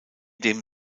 dem